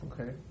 okay